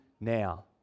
now